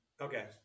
okay